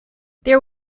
there